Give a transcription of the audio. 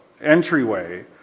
entryway